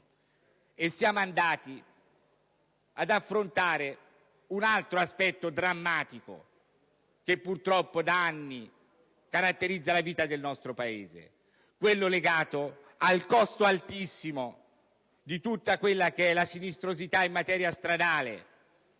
Siamo andati ad affrontare anche un altro aspetto drammatico, che purtroppo da anni caratterizza la vita del nostro Paese: quello legato al costo altissimo della sinistrosità in materia stradale,